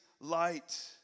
light